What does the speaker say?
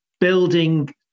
building